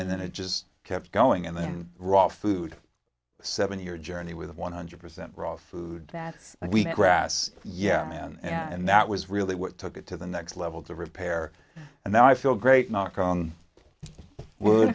and then it just kept going and then raw food seven year journey with one hundred percent raw food that week grass yeah man and that was really what took it to the next level to repair and i feel great knock on wo